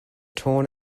torn